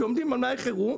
שעומדים במלאי חירום,